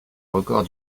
record